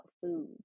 food